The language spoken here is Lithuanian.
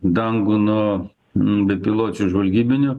dangų nuo bepiločių žvalgybinių